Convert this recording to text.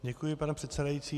Děkuji, pane předsedající.